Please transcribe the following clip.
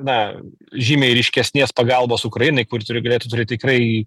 na žymiai ryškesnės pagalbos ukrainai kuri turi galėtų turėt tikrai